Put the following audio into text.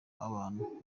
abantu